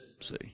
See